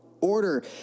order